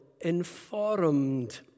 informed